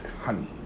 honey